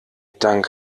dank